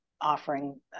offering